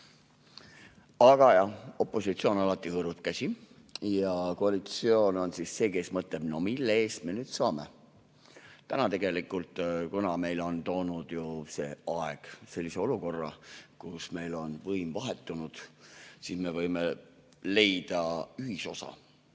Aga jah, opositsioon alati hõõrub käsi ja koalitsioon on see, kes mõtleb: "No mille eest me nüüd saame?" Täna tegelikult, kuna meil on toonud see aeg sellise olukorra, kus meil on võim vahetunud, siis me võime leida ühisosa.